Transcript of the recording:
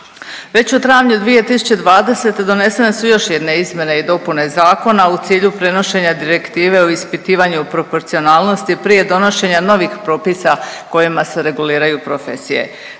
Već u travnju 2020. donesene su još jedne izmjene i dopune zakona u cilju prenošenja Direktive o ispitivanju proporcionalnosti prije donošenja novih propisa kojima se reguliraju profesije.